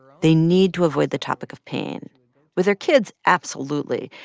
they need to avoid the topic of pain with their kids, absolutely,